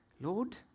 Lord